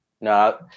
no